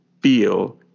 feel